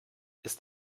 ist